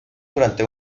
durante